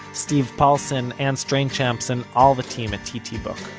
steve paulson, anne strainchamps and all the team at ttbook.